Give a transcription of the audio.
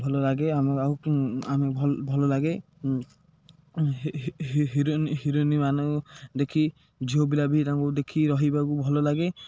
ଭଲ ଲାଗେ ଆମେ ଆଉ ଆମେ ଭଲ ଭଲ ଲାଗେ ହି ହି ହିରୋଇନ ହିରୋଇନମାନଙ୍କୁ ଦେଖି ଝିଅ ପିଲା ବି ତାଙ୍କୁ ଦେଖି ରହିବାକୁ ଭଲ ଲାଗେ